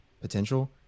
potential